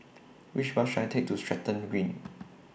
Which Bus should I Take to Stratton Green